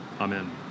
Amen